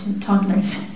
toddlers